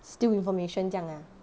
steal information 这样啊